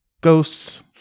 ghosts